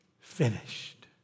finished